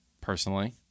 personally